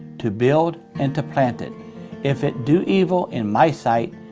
to build and to plant it if it do evil in my sight,